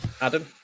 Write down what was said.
Adam